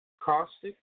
Caustic